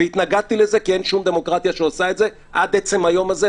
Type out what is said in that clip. והתנגדתי לזה כי אין שום דמוקרטיה שעושה את זה עד עצם היום הזה,